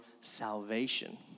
salvation